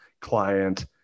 Client